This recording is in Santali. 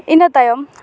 ᱤᱱᱟᱹ ᱛᱟᱭᱚᱢ